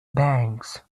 banks